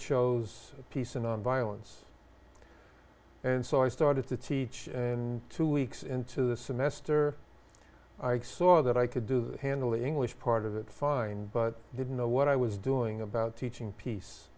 chose peace and nonviolence and so i started to teach in two weeks into the semester i saw that i could do handle the english part of it fine but didn't know what i was doing about teaching peace